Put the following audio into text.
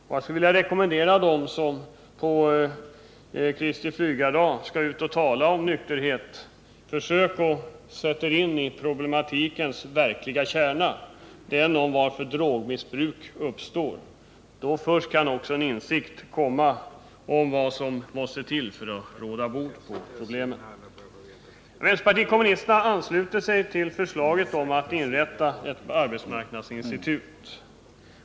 Jag skulle vilja rekommendera dem som skall ut och tala om nykterhet på ”Kristi Flygardag”: Försök sätta er in i problematikens verkliga kärna, i varför drogmissbruk uppstår. Då först kan ni få insikt om vad som måste till för att råda bot på problemen. Vänsterpartiet kommunisterna ansluter sig till förslaget om att inrätta ett arbetsmarknadsinstitut.